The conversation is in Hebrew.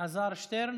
אלעזר שטרן.